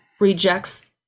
rejects